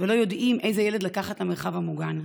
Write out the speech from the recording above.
ולא יודעים איזה ילד לקחת למרחב המוגן,